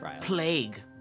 plague